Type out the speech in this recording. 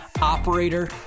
operator